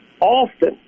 often